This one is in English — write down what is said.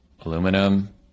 aluminum